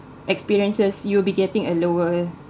experiences you'll be getting a lower